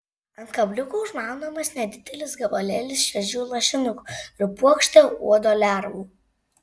ant kabliuko užmaunamas nedidelis gabalėlis šviežių lašinukų ir puokštė uodo lervų